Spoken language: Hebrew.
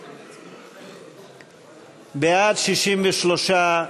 בעד, 63,